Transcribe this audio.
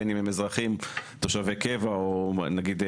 בין אם הם אזרחים תושבי קבע או מחזיקים